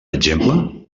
exemple